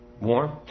warm